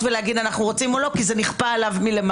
ולהגיד אם הם רוצים או לא כי זה נכפה עליהם מלמעלה.